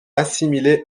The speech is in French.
assimilé